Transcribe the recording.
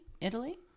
Italy